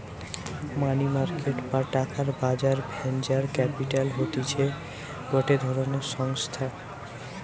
মানি market বা টাকার বাজার ভেঞ্চার ক্যাপিটাল হতিছে গটে ধরণের সংস্থা